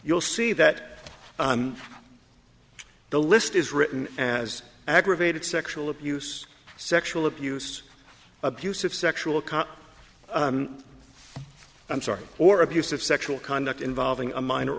you'll see that the list is written as aggravated sexual abuse sexual abuse abusive sexual caught i'm sorry or abusive sexual conduct involving a minor